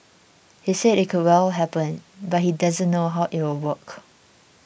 he said it could well happen but he doesn't know how it will work